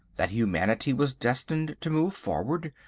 that humanity was destined to move forward.